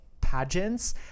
pageants